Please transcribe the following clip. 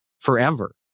forever